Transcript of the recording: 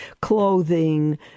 clothing